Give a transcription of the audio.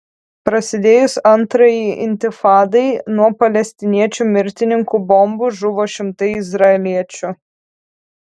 prasidėjus antrajai intifadai nuo palestiniečių mirtininkų bombų žuvo šimtai izraeliečių